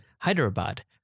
Hyderabad